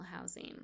housing